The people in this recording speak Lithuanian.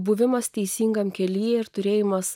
buvimas teisingame kelyje ir turėjimas